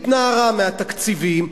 התנערה מהתקציבים,